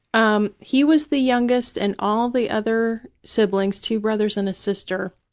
um he was the youngest and all the other siblings, two brothers and a sister,